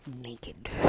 naked